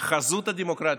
חזות הדמוקרטיה,